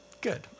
Good